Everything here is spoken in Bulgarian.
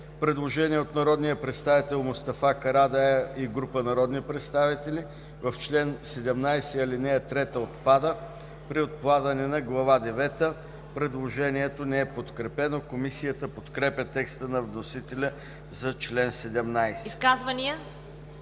предложение от народния представител Мустафа Карадайъ и група народни представители: „В чл. 17 ал. 3 отпада. (при отпадане на Глава девета)“ Предложението не е подкрепено. Комисията подкрепя текста на вносителя за чл. 17. ПРЕДСЕДАТЕЛ